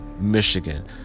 Michigan